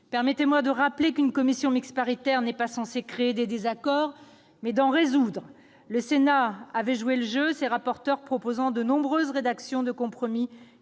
Permettez-moi de rappeler qu'une commission mixte paritaire n'est pas censée créer des désaccords ; elle a au contraire pour vocation d'en résoudre. Le Sénat avait joué le jeu, ses rapporteurs proposant de nombreuses rédactions de compromis,